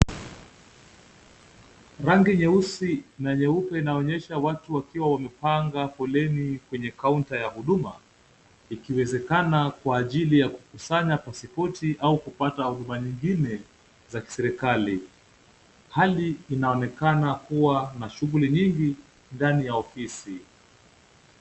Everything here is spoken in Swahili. Rangi nyeusi na nyeupe inaonyesha watu wakiwa wamepanga foleni kwenye kaunta ya huduma, ikiwezekana kwa ajili ya kukusanya pasipoti au kupata huduma nyingine za kiserikali. Hali inaonekana kuwa na shughuli nyingi ndani ya ofisi.